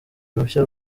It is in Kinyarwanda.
uruhushya